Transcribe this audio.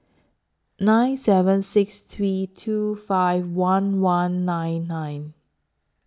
six seven six three two five one one nine nine